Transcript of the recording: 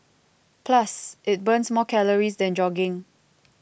plus it burns more calories than jogging